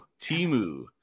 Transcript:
Timu